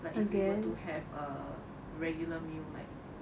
like if we were to have a regular meal like